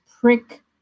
prick